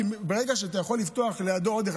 ברגע שאתה יכול לפתוח לידו עוד אחד,